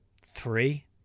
three